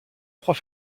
trois